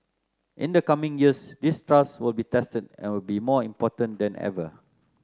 in the coming years this trust will be tested and will be more important than ever